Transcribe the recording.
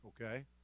okay